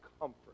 comfort